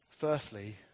firstly